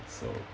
so